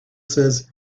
says